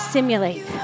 Simulate